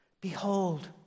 behold